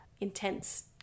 intense